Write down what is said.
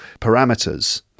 parameters